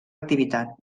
activitat